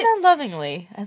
lovingly